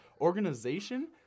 organization